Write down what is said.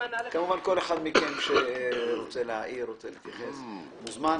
כמובן כל אחד מכם שירצה להעיר ולהתייחס מוזמן.